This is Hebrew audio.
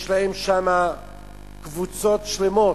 יש להם שם קבוצות שלמות,